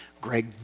Greg